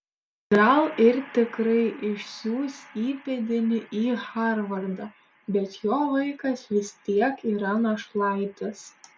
gal ir tikrai išsiųs įpėdinį į harvardą bet jo vaikas vis tiek yra našlaitis